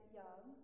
young